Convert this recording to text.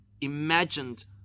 imagined